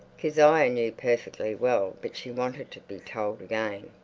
kezia knew perfectly well, but she wanted to be told again.